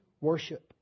worship